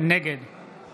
נגד